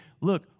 look